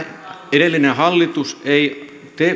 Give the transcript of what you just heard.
edellinen hallitus ei